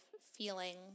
feeling